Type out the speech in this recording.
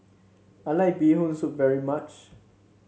I like Bee Hoon Soup very much